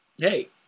hey